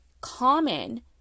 common